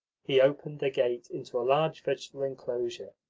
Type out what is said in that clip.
he opened a gate into a large vegetable enclosure,